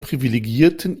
privilegierten